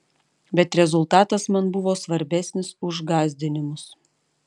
bet rezultatas man buvo svarbesnis už gąsdinimus